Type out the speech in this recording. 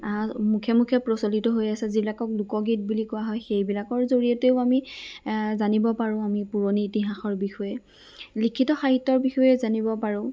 আ মুখে মুখে প্ৰচলিত হৈ আছে যিবিলাকক লোকগীত বুলি কোৱা হয় সেইবিলাকৰ জৰিয়তেও আমি আ জানিব পাৰোঁ আমি পুৰণি ইতিহাসৰ বিষয়ে লিখিত সাহিত্যৰ বিষয়ে জানিব পাৰোঁ